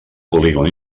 polígon